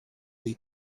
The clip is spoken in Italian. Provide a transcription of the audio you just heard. dei